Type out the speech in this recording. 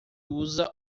usa